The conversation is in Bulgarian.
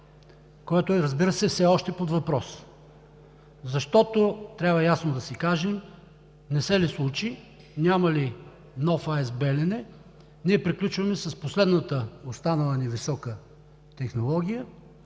което, разбира се, е все още под въпрос. Защото трябва ясно да си кажем – не се ли случи, няма ли нов АЕЦ „Белене“, ние приключваме с последната останала ни висока технология,